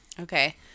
Okay